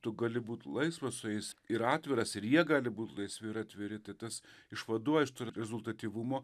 tu gali būt laisvas su jais ir atviras ir jie gali būt laisvi ir atviri tai tas išvaduoja iš to rezultatyvumo